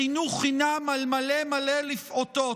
לחינוך חינם על מלא מלא לפעוטות?